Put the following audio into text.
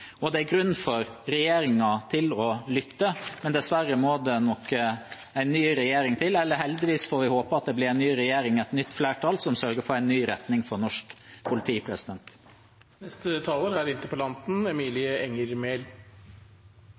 utviklingen. Det er grunn for regjeringen til å lytte, men dessverre må det nok en ny regjering til. Heldigvis får vi håpe det blir en ny regjering, et nytt flertall, som sørger for en ny retning for norsk politi.